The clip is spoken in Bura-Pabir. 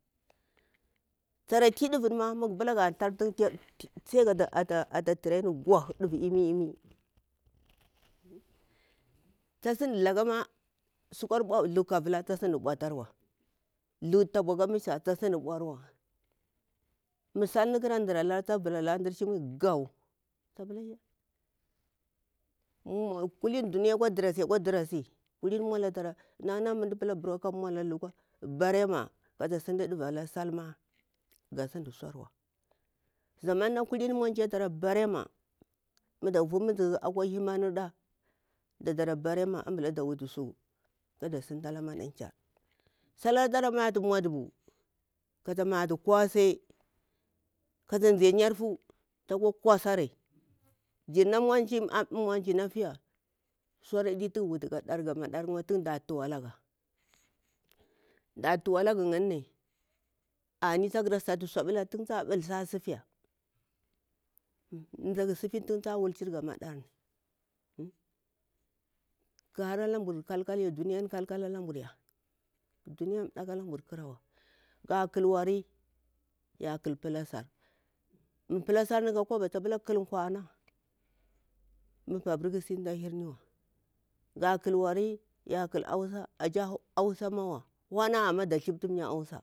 Ti ɗavu yinni mah hatu tsiya ga ata turai tun gwak ɗavu imi imi thu kavula tasin ɓautarwa misalni ɗaralan ta pilla dnar gwa ta pula ya kulini duniya akwa ɗarasi nan na mu mda pila ka maula lukwa barema ta sin sau wa zaman na kulini mounchi ara barema mah davu man zaha akwa himar ɓa barema ambula da wutu su kada sirita ala maƙankyar, sa ata matu maudubu kata matu kosai kafa zai a yarfu akwa kwasan jirna munchi na fiya sudi tujir wuta ka dar ka maɗajirwa tunda tuwa alaga da tuwa laga arni taku ra satu su aɗula tun ta tursi a sifi alaga mah taku sifi tuntawul jir ga madarni kah hara lamburu duniyan kal- kal alamburya duniyan ɓaku alambur kharawa ga kal wani ya ƙal pulasar ma pulasarni ka kwaba ta pila ƙal ƙwana ma pabur ƙasi mda pita mda hirniwa, ga ƙalwari ya ƙal hausa, hausawa hona antu ta tsiptu hausa.